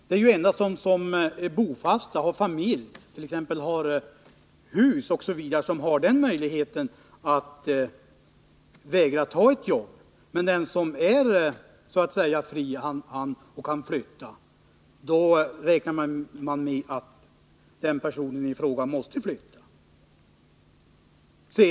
Det är endast de som är bofasta, har familj, äger hus osv. som har möjlighet att vägra att ta ett anvisat jobb. Den som så att säga är fri och kan flytta måste flytta.